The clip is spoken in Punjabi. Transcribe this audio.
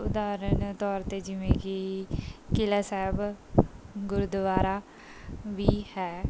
ਉਦਾਹਰਨ ਤੌਰ 'ਤੇ ਜਿਵੇਂ ਕਿ ਕਿਲ੍ਹਾ ਸਾਹਿਬ ਗੁਰਦੁਆਰਾ ਵੀ ਹੈ